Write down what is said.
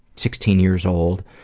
sixteen years old,